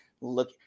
Look